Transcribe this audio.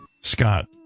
Scott